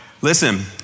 listen